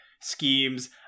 schemes